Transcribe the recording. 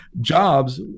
Jobs